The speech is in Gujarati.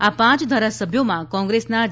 આ પાંચ ધારાસભ્યોમાં કોંગ્રેસના જે